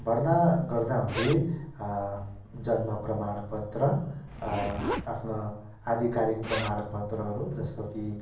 भर्ना गर्दाहुँदी जन्म प्रमाणपत्र आफ्नो आधिकारिक प्रमाणपत्रहरू जस्तो कि